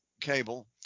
Cable